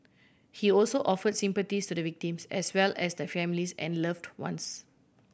he also offer sympathies to the victims as well as their families and loved ones